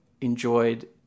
enjoyed